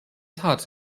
tat